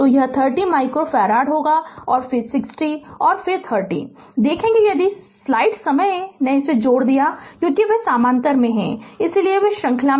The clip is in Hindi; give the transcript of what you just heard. तो यह 30 माइक्रो फैराड होगा और फिर 60 और 30 देखेंगे यदि स्लाइड समय ने इसे जोड़ दिया है क्योंकि वे समानांतर में हैं इसलिए वे श्रृंखला में हैं